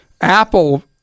Apple